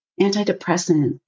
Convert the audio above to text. antidepressant